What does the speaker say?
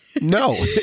No